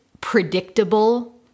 predictable